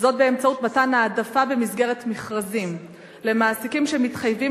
באמצעות מתן העדפה במסגרת מכרזים למעסיקים שמתחייבים